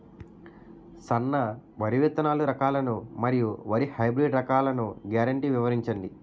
సన్న వరి విత్తనాలు రకాలను మరియు వరి హైబ్రిడ్ రకాలను గ్యారంటీ వివరించండి?